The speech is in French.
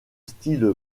style